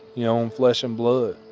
your own flesh and blood.